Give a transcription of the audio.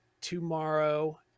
tomorrow